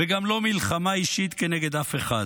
וגם לא למלחמה אישית כנגד אף אחד.